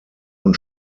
und